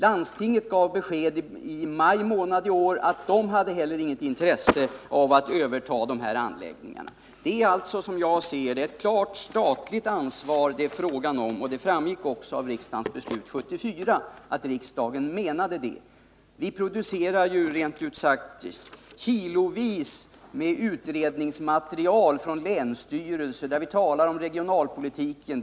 Landstinget gav i maj månad i år besked om att man inte hade något intresse av att överta de här anläggningarna. Som jag ser det är det alltså här fråga om ett klart statligt ansvar, och det framgick också av riksdagens beslut år 1974. Länsstyrelsen har producerat kilovis med utredningsmaterial, där man talat om regionalpolitiken.